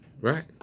Right